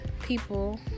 people